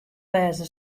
wêze